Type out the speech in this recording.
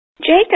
Jacob